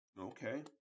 Okay